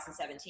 2017